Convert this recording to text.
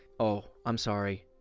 oh, i'm sorry,